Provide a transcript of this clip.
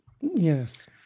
Yes